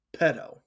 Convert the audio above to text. pedo